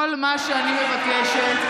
כל מה שאני מבקשת,